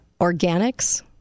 organics